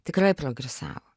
tikrai progresavo